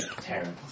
Terrible